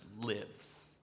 lives